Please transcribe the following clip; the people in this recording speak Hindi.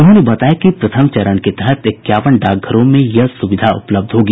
उन्होंने बताया कि प्रथम चरण के तहत इक्यावन डाकघरों में यह सुविधा उपलब्ध होगी